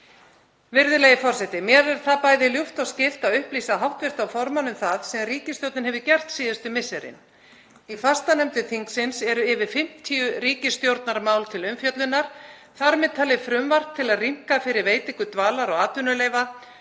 Virðulegi forseti. Mér er það bæði ljúft og skylt að upplýsa hv. formann um það sem ríkisstjórnin hefur gert síðustu misseri. Í fastanefndum þingsins eru yfir 50 ríkisstjórnarmál til umfjöllunar, þar með talið frumvarp til að rýmka fyrir veitingu dvalar- og atvinnuleyfa,